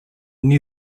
new